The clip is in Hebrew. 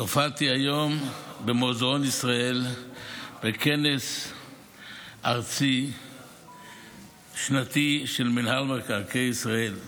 הופעתי היום במוזיאון ישראל בכנס ארצי שנתי של מינהל מקרקעי ישראל.